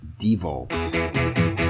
Devo